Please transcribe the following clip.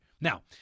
Now